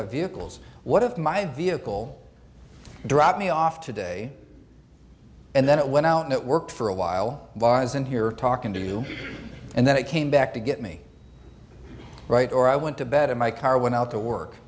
have vehicles one of my vehicle drop me off today and then it went out and it worked for a while ys in here talking to you and then it came back to get me right or i went to bed in my car went out to work